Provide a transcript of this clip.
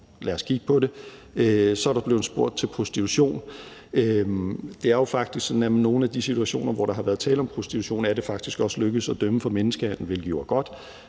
Lad os kigge på det. Så er der blevet spurgt til prostitution. Det er faktisk sådan, at det i nogle af de situationer, hvor der har været tale om prostitution, faktisk også er lykkedes at dømme for menneskehandel, hvilket jo er godt.